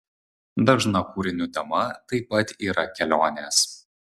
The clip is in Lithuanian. dažna kūrinių tema taip pat yra kelionės